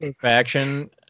faction